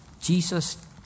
Jesus